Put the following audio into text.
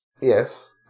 Yes